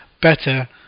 better